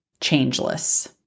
changeless